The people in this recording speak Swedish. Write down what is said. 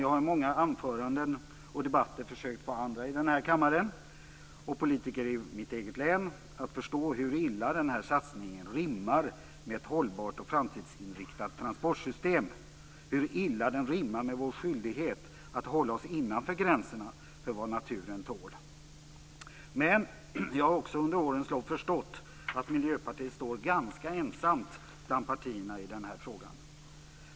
Jag har i många anföranden och debatter försökt att få andra i den här kammaren och politiker i mitt eget län att förstå hur illa den här satsningen rimmar med ett hållbart och framtidsinriktat transportsystem, hur illa den rimmar med vår skyldighet att hålla oss innanför gränserna för vad naturen tål. Men jag har också under årens lopp förstått att Miljöpartiet står ganska ensamt bland partierna i den här frågan.